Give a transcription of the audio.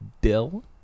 dill